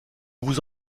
vous